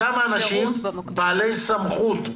כמה אנשים בעלי סמכות,